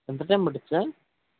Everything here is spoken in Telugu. ఎంత టైం పడుద్ది సార్